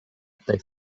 they